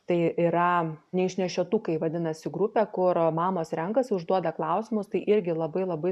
tai yra neišnešiotukai vadinasi grupė kur mamos renkasi užduoda klausimus tai irgi labai labai